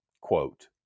Quote